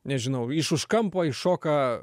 nežinau iš už kampo iššoka